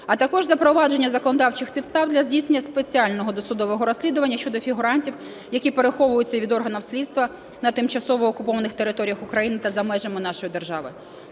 А також запровадження законодавчих підстав для здійснення спеціального досудового розслідування щодо фігурантів, які переховуються від органів слідства на тимчасово окупованих територіях України та за межами нашої держави.